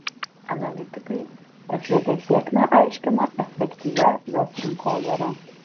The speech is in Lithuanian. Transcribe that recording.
analitikai svp sėkmę aiškina efektyvia jos rinkodara